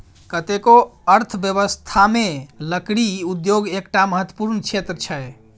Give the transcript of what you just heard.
कतेको अर्थव्यवस्थामे लकड़ी उद्योग एकटा महत्वपूर्ण क्षेत्र छै